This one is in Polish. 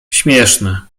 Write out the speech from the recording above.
śmieszne